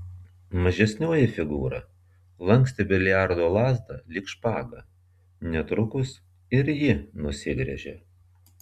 mažesnioji figūra lankstė biliardo lazdą lyg špagą netrukus ir ji nusigręžė